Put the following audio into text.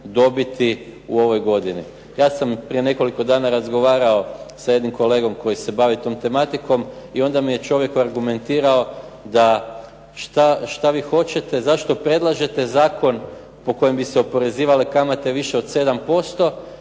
dobiti u ovoj godini. Ja sam prije nekoliko dana razgovarao sa jednim kolegom koji se bavi tom tematikom i onda mi je čovjek argumentirao da što vi hoćete, zašto predlažete zakon po kojem bi se oporezivale kamate više od 7%.